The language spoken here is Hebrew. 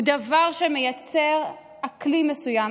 הוא דבר שמייצר אקלים מסוים,